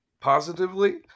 positively